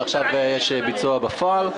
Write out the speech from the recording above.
ועכשיו יש ביצוע בפועל.